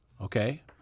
okay